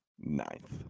ninth